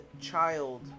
child